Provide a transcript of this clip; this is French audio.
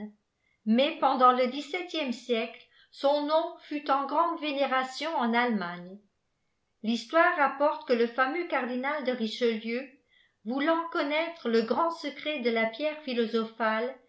mais pendant le dix-septième siècle son nom fut en grande vénération etf allemagne l'histoire rapporte que je fameux cçirdinal de richelieu voulant copi iaîl re le grand secret de la pierre philospphale